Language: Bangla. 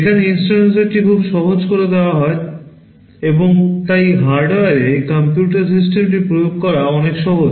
এখানে instruction সেটটি খুব সহজ করে দেওয়া হয়েছে এবং তাই হার্ডওয়্যারে কম্পিউটার সিস্টেমটি প্রয়োগ করা অনেক সহজ